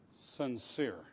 sincere